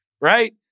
Right